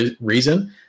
reason